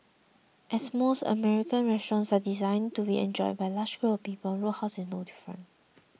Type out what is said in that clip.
as most American restaurants are designed to be enjoyed by large groups of people Roadhouse is no different